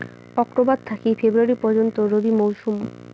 October থাকি February পর্যন্ত রবি মৌসুম